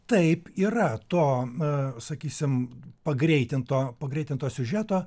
taip yra to a sakysim pagreitinto pagreitinto siužeto